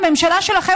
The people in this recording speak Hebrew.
הממשלה שלכם,